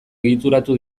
egituratu